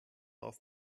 auf